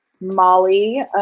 Molly